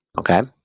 okay?